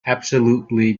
absolutely